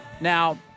Now